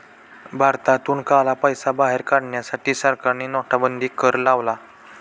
भारतातून काळा पैसा बाहेर काढण्यासाठी सरकारने नोटाबंदी कर लावला